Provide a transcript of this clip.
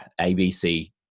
ABC